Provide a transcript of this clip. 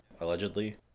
allegedly